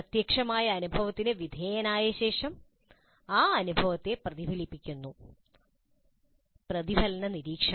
പ്രത്യക്ഷമായ അനുഭവത്തിന് വിധേയനായ ശേഷം പഠിതാവ് ആ അനുഭവത്തെ പ്രതിഫലിപ്പിക്കുന്നു പ്രതിഫലന നിരീക്ഷണം